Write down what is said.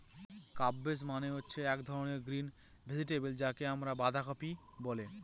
cabbage মানে হচ্ছে এক ধরনের গ্রিন ভেজিটেবল যাকে আমরা বাঁধাকপি বলে